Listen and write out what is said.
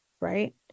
Right